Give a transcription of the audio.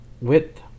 width